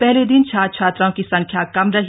पहले दिन छात्र छात्राओं की संख्या कम रही